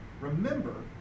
remember